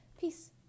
Peace